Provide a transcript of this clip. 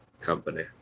company